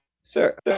Sir